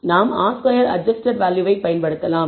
நாம் R2 adjusted வேல்யூவை பயன்படுத்தலாம்